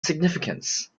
significance